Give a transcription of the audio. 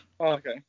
okay